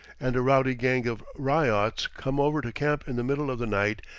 and a rowdy gang of ryots come over to camp in the middle of the night,